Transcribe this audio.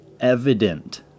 evident